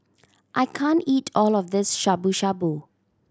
I can't eat all of this Shabu Shabu